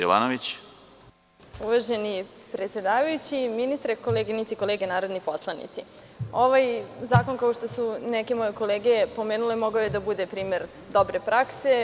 Uvaženi predsedavajući, ministre, koleginice i kolege poslanici, ovaj zakon, kao što su neke moje kolege pomenule, mogao je da bude primer dobre prakse.